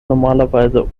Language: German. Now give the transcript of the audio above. normalerweise